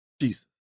Jesus